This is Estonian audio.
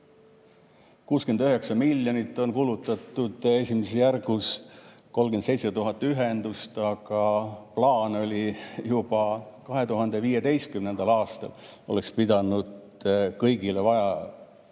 69 miljonit on kulutatud esimeses järgus, 37 000 ühendust, aga plaan oli, et juba 2015. aastal oleks pidanud kõigile,